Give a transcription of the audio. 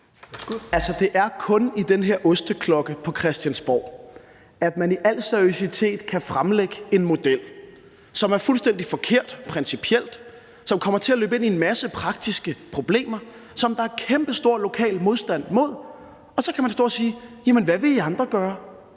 det er kun i den her osteklokke på Christiansborg, man i al seriøsitet kan fremlægge en model, som er fuldstændig forkert principielt, som kommer til at løbe ind i en masse praktiske problemer, som der er kæmpestor lokal modstand mod, og så stå og sige: Jamen hvad vil I andre gøre?